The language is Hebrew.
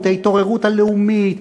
ההתעוררות הלאומית,